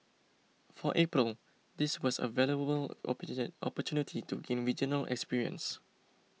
for April this was a valuable opportunity to gain regional experience